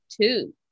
two